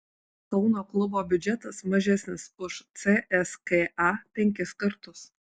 kauno klubo biudžetas mažesnis už cska penkis kartus